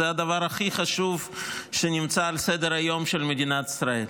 זה הדבר הכי חשוב שנמצא על סדר-היום של מדינת ישראל.